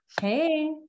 Hey